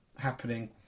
happening